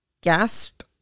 gasp